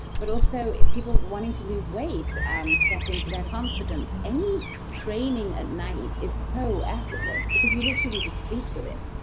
but also people wanting to lose weight step into their confidence any training at night is so effortless because you literally just sleep with it,